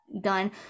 done